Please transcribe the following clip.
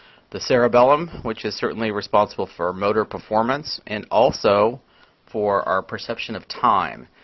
the cerebellum, which is certainly responsible for motor performance and also for our perception of time,